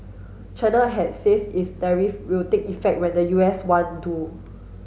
China had says its tariff will take effect when the U S one do